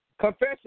Confession